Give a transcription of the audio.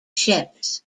ships